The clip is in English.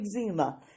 eczema